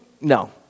No